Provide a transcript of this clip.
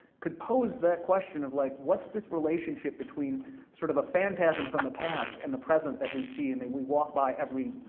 could pose that question of like what's this relationship between sort of a phantasm from the past and the present that we see, and we walk by everyday,